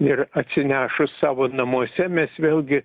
ir atsinešus savo namuose mes vėlgi